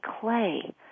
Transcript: clay